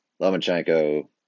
Lomachenko